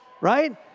right